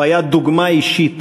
הוא היה דוגמה אישית